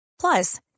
Plus